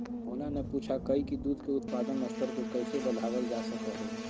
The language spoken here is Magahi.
मोहना ने पूछा कई की दूध के उत्पादन स्तर के कैसे बढ़ावल जा सका हई?